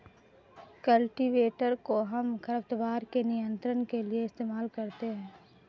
cultivator कोहम खरपतवार के नियंत्रण के लिए इस्तेमाल करते हैं